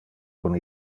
con